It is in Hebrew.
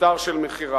משטר של מכירה.